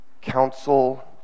council